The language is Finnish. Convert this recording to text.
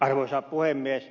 arvoisa puhemies